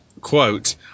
quote